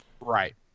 right